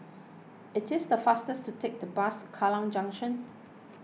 it is faster to take the bus Kallang Junction